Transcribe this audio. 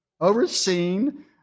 overseen